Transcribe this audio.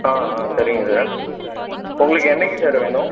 ஆ ஆ சரிங்க சார் உங்களுக்கு என்னக்கு சார் வேணும்